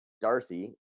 Darcy